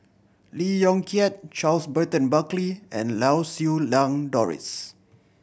Lee Yong Kiat Charles Burton Buckley and Lau Siew Lang Doris